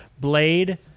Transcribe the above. Blade